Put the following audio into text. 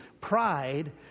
Pride